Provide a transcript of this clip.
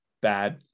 bad